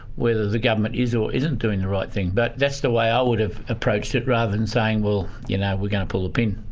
whether the government is or isn't doing the right thing. but that's the way i would've approached it, rather than saying, well, you know, we're going to pull the pin.